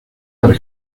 para